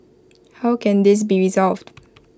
how can this be resolved